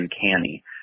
uncanny